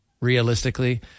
realistically